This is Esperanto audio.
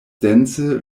dense